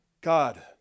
God